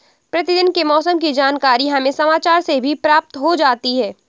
प्रतिदिन के मौसम की जानकारी हमें समाचार से भी प्राप्त हो जाती है